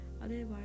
otherwise